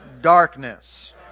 darkness